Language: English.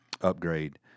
upgrade